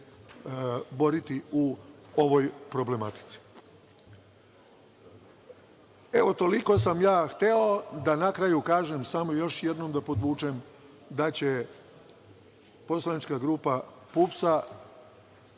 boriti u ovoj problematici. Toliko sam ja hteo. Na kraju da kažem, samo još jednom da podvučem, da će Poslanička grupa PUPS